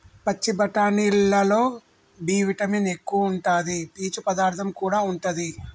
పచ్చి బఠానీలల్లో B vitamin ఎక్కువుంటాదట, పీచు పదార్థం కూడా ఉంటది